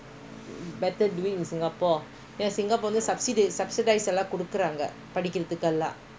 சிங்கப்பூர்லசப்சிடிஸ்லாகுடுக்கறாங்க:singaporela subsidiesla kudukkranka you know you go overseas there's no subsidies because you're a foreign student